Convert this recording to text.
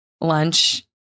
lunch